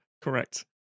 Correct